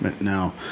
Now